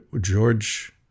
George